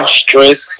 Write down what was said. stress